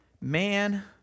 Man